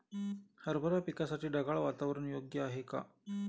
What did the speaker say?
हरभरा पिकासाठी ढगाळ वातावरण योग्य आहे का?